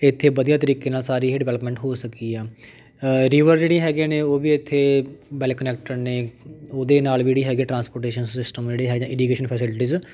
ਇੱਥੇ ਵਧੀਆ ਤਰੀਕੇ ਨਾਲ਼ ਸਾਰੀ ਇਹ ਡਿਵੈਲਪਮੈਂਟ ਹੋ ਸਕੀ ਆ ਰੀਵਰ ਜਿਹੜੀ ਹੈਗੀਆਂ ਨੇ ਉਹ ਵੀ ਇੱਥੇ ਵੈੱਲ ਕਨੈੱਕਟਿਡ ਨੇ ਉਹਦੇ ਨਾਲ਼ ਵੀ ਜਿਹੜੀ ਹੈਗੀ ਟਰਾਂਸਪੋਰਟੇਸ਼ਨ ਸਿਸਟਮ ਜਿਹੜੇ ਹੈ ਜਾਂ ਇਰੀਗੇਸ਼ਨ ਫੈਸਿਲਿਟੀਜ਼